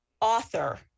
author